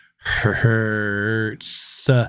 hurts